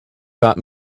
taught